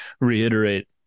reiterate